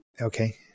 Okay